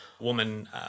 woman